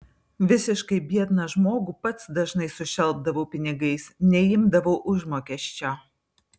visiškai biedną žmogų pats dažnai sušelpdavau pinigais neimdavau užmokesčio